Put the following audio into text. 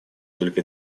только